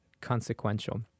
consequential